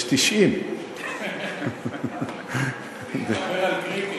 יש 90. הוא מדבר על קריקט.